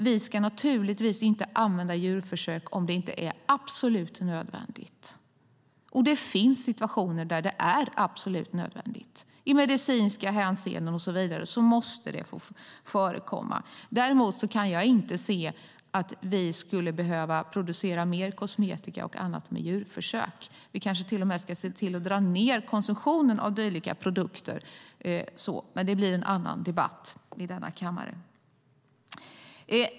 Vi ska naturligtvis inte använda djurförsök om det inte är absolut nödvändigt. Och det finns situationer där det är absolut nödvändigt. I medicinska hänseenden och så vidare måste det få förekomma. Däremot kan jag inte se att vi skulle behöva producera mer kosmetika och annat med djurförsök. Vi kanske till och med ska se till att dra ned konsumtionen av dylika produkter. Men det blir en annan debatt i denna kammare.